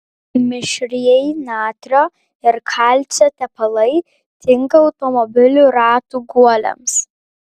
mišrieji natrio ir kalcio tepalai tinka automobilių ratų guoliams